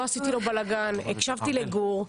לא עשיתי לו בלגן, הקשבתי לגור,